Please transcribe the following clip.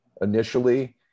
initially